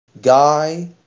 Guy